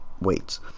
weights